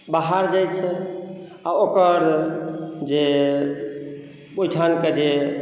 बाहर जाइत छै आ ओकर जे ओहिठामके जे